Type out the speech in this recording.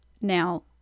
now